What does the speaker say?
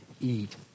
eat